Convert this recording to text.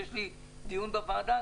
יש לי דיון בוועדה,